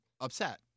upset